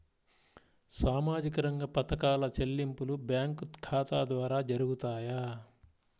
సామాజిక రంగ పథకాల చెల్లింపులు బ్యాంకు ఖాతా ద్వార జరుగుతాయా?